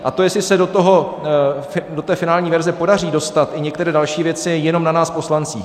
A to, jestli se do té finální verze podaří dostat i některé další věci, je jenom na nás poslancích.